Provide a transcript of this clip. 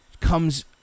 comes